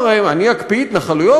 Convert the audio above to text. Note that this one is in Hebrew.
ואמר: אני אקפיא התנחלויות?